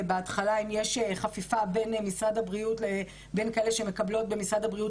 בהתחלה אם יש חפיפה בין כאלה שמקבלות במשרד הבריאות